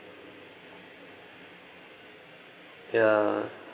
ya